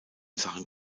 sachen